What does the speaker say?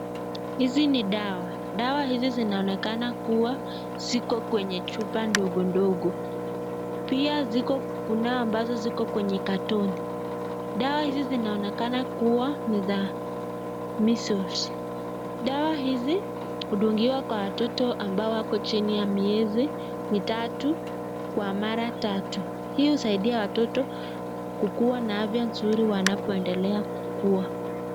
Hizi ni dawa. Dawa hizi zinaonekana kuwa ziko kwenye chupa ndogondogo .pia ziko ,kunao ambazo ziko kwenye cartoon .Dawa hizi zinaonekana kuwa ni za muscles. Dawa hizi udungiwa kwa watoto ambao wako miezi mitatu kwa mara tatu . Usaidia watoto wanapo